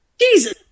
jesus